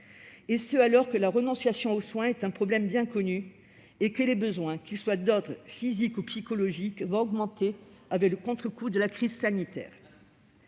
baisse, alors que la renonciation aux soins est un problème bien connu, et que les besoins, qu'ils soient d'ordre physique ou psychologique, vont augmenter avec les contrecoups de la crise sanitaire.